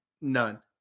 none